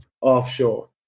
offshore